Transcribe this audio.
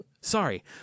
Sorry